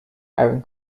aaron